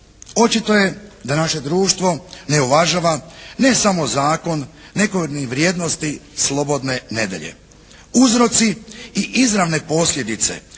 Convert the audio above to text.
Očito je da naše društvo ne uvažava ne samo zakon, nego ni vrijednosti slobodne nedjelje. Uzroci i izravne posljedice